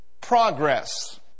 progress